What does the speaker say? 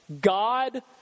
God